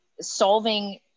Solving